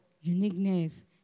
uniqueness